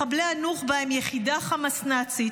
מחבלי הנוח'בה הם יחידה חמאס-נאצית,